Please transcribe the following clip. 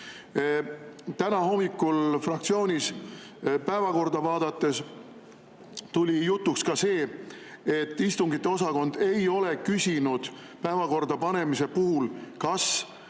Täna hommikul fraktsioonis päevakorda vaadates tuli jutuks ka see, et istungiosakond ei ole küsinud päevakorda [koostades], kas